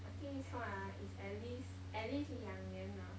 I think this one ah is at least at least 两年啊